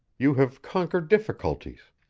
you have conquered difficulties.